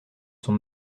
son